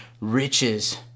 riches